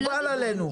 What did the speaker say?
מקובל עלינו.